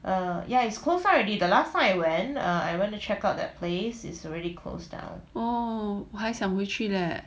oh 我还想回去 leh